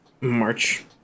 march